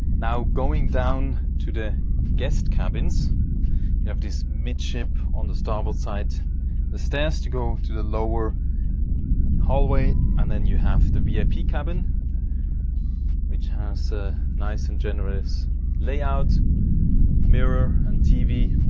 now going down to the guest cabins you have this midship on the starboard side the stairs to go to the lower hallway and then you have the vip cabin which has a nice and generous layout mirror and tv